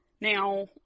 Now